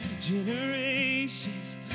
generations